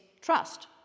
trust